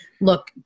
look